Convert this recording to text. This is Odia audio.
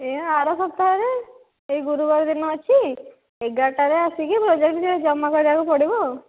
ଏ ଆର ସପ୍ତାହରେ ଏଇ ଗୁରୁବାର ଦିନ ଅଛି ଏଗାରଟାରେ ଆସିକି ପ୍ରୋଜେକ୍ଟ୍ ଜମା କରିବାକୁ ପଡ଼ବ ଆଉ